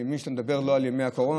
אני מבין שאתה לא מדבר על ימי הקורונה,